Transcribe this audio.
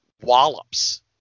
wallops